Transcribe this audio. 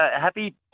happy